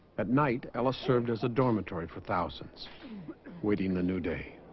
at night ella served as a dormitory for thousands waiting the new day